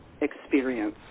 experience